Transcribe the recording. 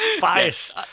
Bias